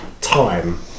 time